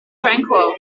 tranquil